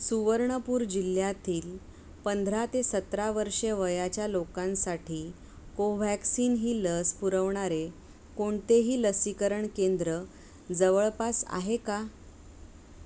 सुवर्णपूर जिल्ह्यातील पंधरा ते सतरा वर्षे वयाच्या लोकांसाठी कोव्हॅक्सिन ही लस पुरवणारे कोणतेही लसीकरण केंद्र जवळपास आहे का